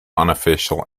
unofficial